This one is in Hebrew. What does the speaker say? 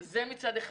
זה מצד אחד.